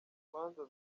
imanza